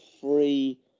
free